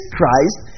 Christ